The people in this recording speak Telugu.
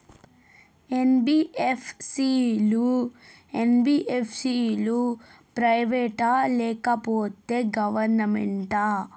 ఎన్.బి.ఎఫ్.సి లు, ఎం.బి.ఎఫ్.సి లు ప్రైవేట్ ఆ లేకపోతే గవర్నమెంటా?